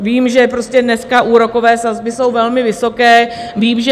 Vím, že prostě dneska úrokové sazby jsou velmi vysoké, vím, že